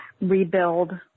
rebuild